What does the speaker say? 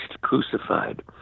crucified